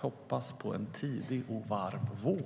hoppas på en tidig och varm vår.